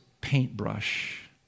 paintbrush